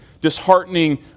disheartening